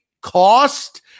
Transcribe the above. cost